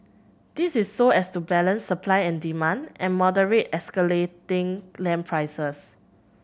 this is so as to balance supply and demand and moderate escalating land prices